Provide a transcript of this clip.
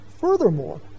furthermore